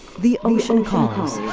the ocean calls.